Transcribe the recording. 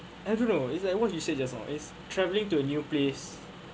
I don't know it's like what you said just now is travelling to a new place